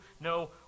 no